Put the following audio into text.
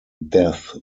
death